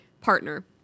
partner